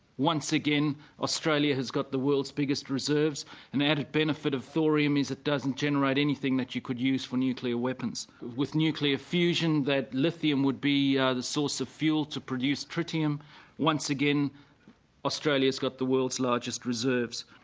once again australia has got the world's biggest reserve an added benefit of thorium is it doesn't generate anything that you could use for nuclear weapons. with nuclear fusion that lithium would be the source of fuel to produce tritium once again australia has got the world's largest reserves.